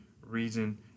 reason